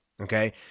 okay